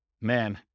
man